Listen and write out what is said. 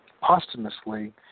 posthumously